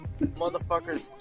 motherfuckers